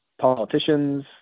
politicians